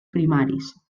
primaris